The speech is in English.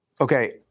Okay